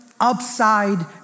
upside